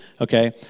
Okay